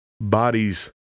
bodies